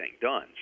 done